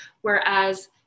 whereas